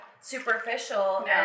superficial